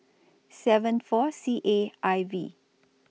seven four C A I V